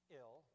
ill